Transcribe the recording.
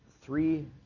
three